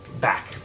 back